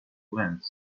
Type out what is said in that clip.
events